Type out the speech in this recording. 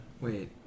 Wait